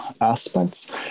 aspects